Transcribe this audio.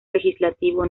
legislativo